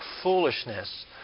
foolishness